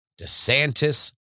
DeSantis